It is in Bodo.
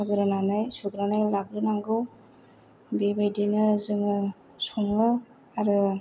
हाग्रोनानै सुग्रोनानै लाग्रोनांगौ बेबायदिनो जोङो सङो आरो